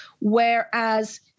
whereas